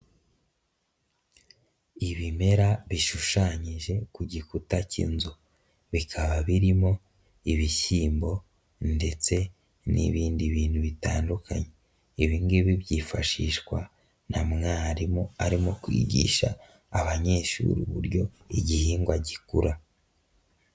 Ibimera bishushanyije ku gikuta cy'inzu, bikaba birimo ibishyimbo ndetse n'ibindi bintu bitandukanye, ibi ngibi byifashishwa na mwarimu arimo kwigisha abanyeshuri uburyo igihingwa gikura.